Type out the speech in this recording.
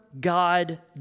God